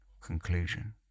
conclusion